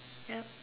yup